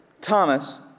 Thomas